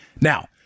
Now